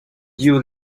you